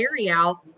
carryout